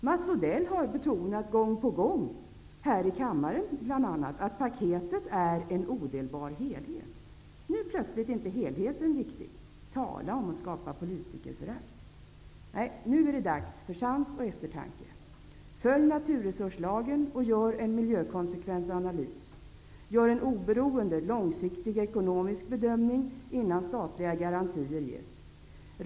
Mats Odell har gång på gång, bl.a. här i kammaren, betonat att paketet är en odelbar helhet. Nu plötsligt är helheten inte viktig. Tala om att skapa politikerförakt! Nej, nu är dags för sans och eftertanke. Följ naturresurslagen och gör en miljökonsekvensanalys. Gör en oberoende, långsiktig ekonomisk bedömning innan statliga garantier ges.